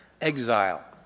Exile